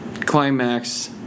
Climax